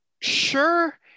sure